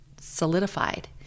solidified